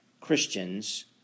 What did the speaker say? Christians